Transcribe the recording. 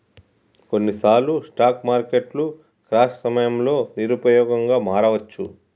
కొన్నిసార్లు స్టాక్ మార్కెట్లు క్రాష్ సమయంలో నిరుపయోగంగా మారవచ్చు